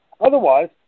Otherwise